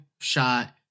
shot